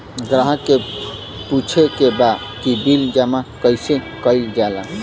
ग्राहक के पूछे के बा की बिल जमा कैसे कईल जाला?